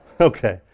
Okay